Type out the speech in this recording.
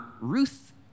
Ruth